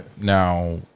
now